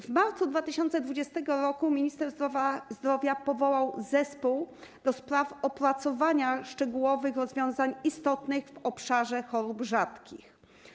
W marcu 2020 r. minister zdrowia powołał Zespół ds. opracowania szczegółowych rozwiązań istotnych w obszarze chorób rzadkich.